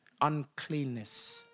uncleanness